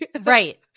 Right